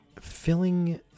filling